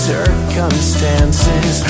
Circumstances